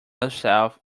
herself